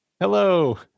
hello